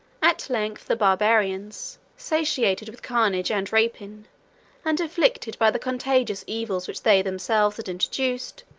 at length the barbarians, satiated with carnage and rapine, and afflicted by the contagious evils which they themselves had introduced,